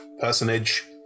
personage